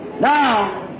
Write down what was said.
Now